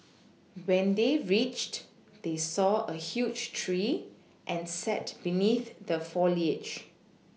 when they reached they saw a huge tree and sat beneath the foliage